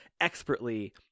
expertly